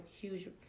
huge